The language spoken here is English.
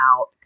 out